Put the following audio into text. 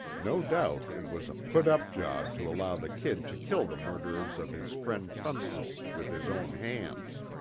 no doubt it was a put up job to allow the kid to kill the murderers of his friend tunstall, with his own hands.